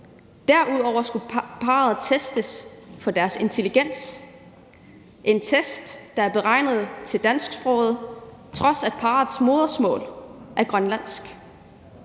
Derudover skulle parret testes for deres intelligens; en test, der er beregnet til dansksprogede, på trods af at parrets modersmål er grønlandsk.